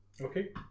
okay